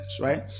right